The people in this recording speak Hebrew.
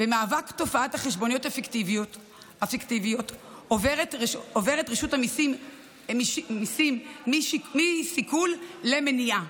במאבק תופעת החשבוניות הפיקטיביות עוברת רשות המיסים מסיכול למניעה,